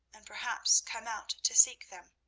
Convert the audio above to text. and perhaps come out to seek them.